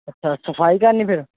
ਅੱਛਾ ਸਫਾਈ ਕਰਨੀ ਫਿਰ